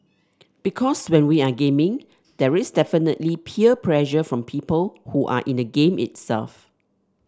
because when we are gaming there is definitely peer pressure from people who are in the game itself